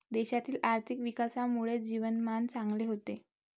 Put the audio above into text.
देशातील आर्थिक विकासामुळे जीवनमान चांगले होते